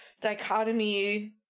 dichotomy